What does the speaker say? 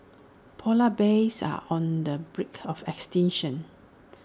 Polar Bears are on the brink of extinction